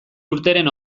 urteren